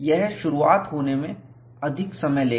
यह शुरुआत होने में अधिक समय लेगा